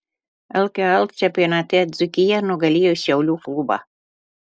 lkl čempionate dzūkija nugalėjo šiaulių klubą